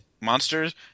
monsters